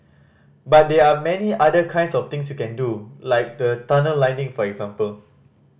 but there are many other kinds of things you can do like the tunnel lining for example